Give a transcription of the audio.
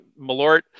Malort